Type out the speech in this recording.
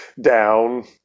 down